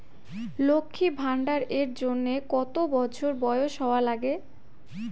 লক্ষী ভান্ডার এর জন্যে কতো বছর বয়স হওয়া লাগে?